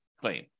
claim